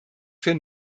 für